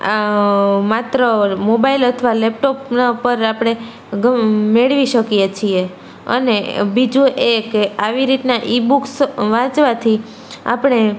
આ માત્ર મોબાઈલ અથવા લેપટોપના પર આપણે મેળવી શકીએ છીએ અને બીજું એક કે આવી રીતના ઈ બુક્સ વાંચવાથી આપણે